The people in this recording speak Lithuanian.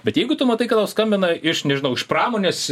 bet jeigu tu matai kad tau skambina iš nežinau iš pramonės